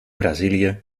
brazilië